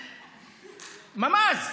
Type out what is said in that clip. ממ"ז.